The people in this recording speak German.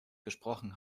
gesprochen